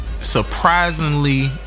surprisingly